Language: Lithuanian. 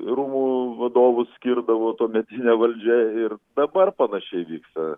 rūmų vadovus skirdavo tuometinė valdžia ir dabar panašiai vyksta